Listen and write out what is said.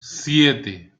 siete